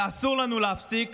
ואסור לנו להפסיק